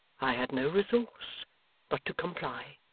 i had no resource but to comply.